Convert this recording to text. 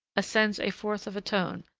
ascends a fourth of a tone,